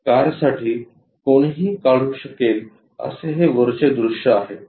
तर कारसाठी कोणीही काढू शकेल असे हे वरचे दृश्य आहे